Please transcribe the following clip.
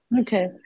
Okay